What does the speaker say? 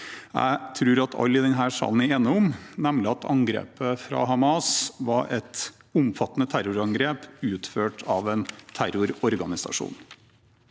jeg tror alle i denne salen er enige om, nemlig at angrepet fra Hamas var et omfattende terrorangrep utført av en terrororganisasjon.